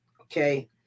Okay